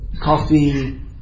coffee